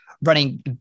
running